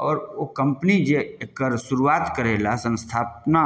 आओर ओ कम्पनी जे एकर शुरुआत करेलाह संस्थापना